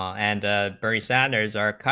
um and ah bernie sanders art,